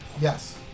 Yes